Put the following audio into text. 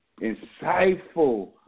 insightful